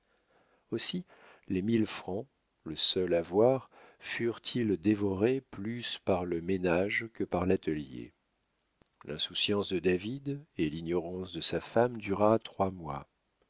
aussi les mille francs le seul avoir furent-ils dévorés plus par le ménage que par l'atelier l'insouciance de david et l'ignorance de sa femme dura trois mois